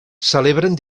celebren